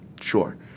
sure